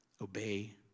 Obey